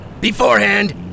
beforehand